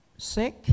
sick